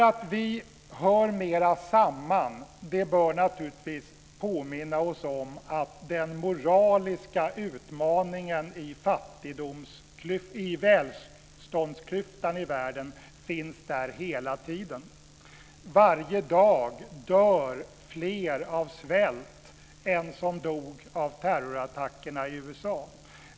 Att vi hör mera samman bör naturligtvis påminna oss om att den moraliska utmaningen i välståndsklyftan i världen finns där hela tiden. Varje dag dör fler av svält än alla dem som dog av terrorattackerna i USA.